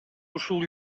ушул